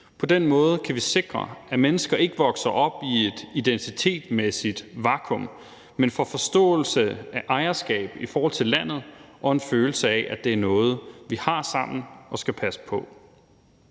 På den måde kan vi sikre, at mennesker ikke vokser op i et identitetsmæssigt vakuum, men får forståelse af ejerskab i forhold til landet og en følelse af, at det er noget, vi har sammen og skal passe på.